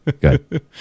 good